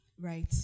right